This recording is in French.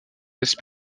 laisse